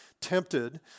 tempted